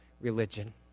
religion